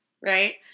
right